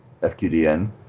fqdn